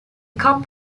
cup